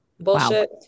bullshit